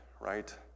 right